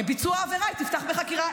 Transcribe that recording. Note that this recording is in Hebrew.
ביצוע עבירה, היא תפתח חקירה.